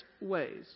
ways